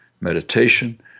meditation